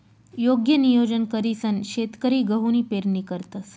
योग्य नियोजन करीसन शेतकरी गहूनी पेरणी करतंस